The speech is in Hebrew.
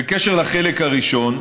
בקשר לחלק הראשון,